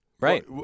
Right